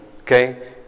Okay